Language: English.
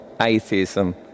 atheism